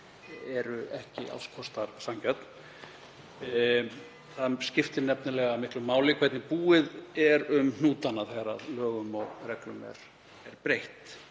eru ekki alls kostar sanngjörn. Það skipti nefnilega miklu máli hvernig búið er um hnútana þegar lögum og reglum er breytt.